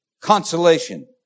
consolation